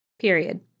period